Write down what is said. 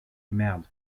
merde